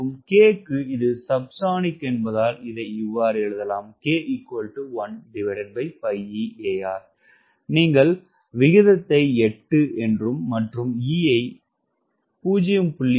K க்கு இது subsonic என்பதால் இதை இவ்வாறு எழுதலாம் நீங்கள் விகிதம் 8 மற்றும் e 0